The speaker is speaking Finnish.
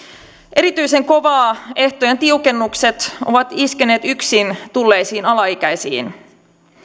erityisen kovaa ehtojen tiukennukset ovat iskeneet yksin tulleisiin alaikäisiin